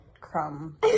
crumb